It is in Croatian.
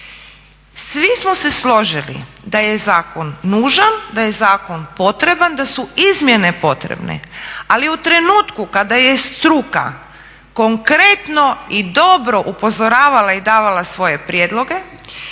Svi smo se složili da je zakon nužan, da je zakon potreban, da su izmjene potrebne, ali u trenutku kada je struka konkretno i dobro upozoravala i davala svoje prijedloge,